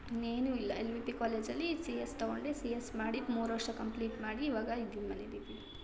ಇನ್ನೇನೂ ಇಲ್ಲ L V P ಕಾಲೇಜಲ್ಲಿ ಸಿ ಎಸ್ ತಗೊಂಡೆ ಸಿ ಎಸ್ ಮಾಡಿದ ಮೂರು ವರ್ಷ ಕಂಪ್ಲೀಟ್ ಮಾಡಿ ಇವಾಗ ಇದ್ದೀನಿ ಮನೇಲಿ ಇದ್ದೀನಿ